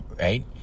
right